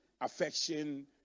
affection